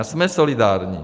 A jsme solidární.